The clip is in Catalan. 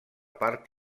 part